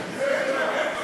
צחוק?